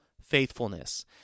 faithfulness